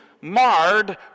marred